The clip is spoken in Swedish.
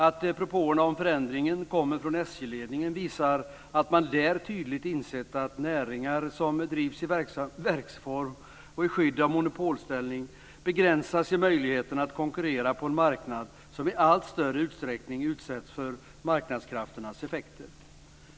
Att propåerna om förändringen kommer från SJ ledningen visar att man där tydligt insett att näringar som drivs i verksform och i skydd av monopolställning begränsas av möjligheten att konkurrera på en marknad som i allt större utsträckning utsätts för marknadskrafternas effekter.